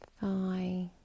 thigh